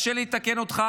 תרשה לי לתקן אותך,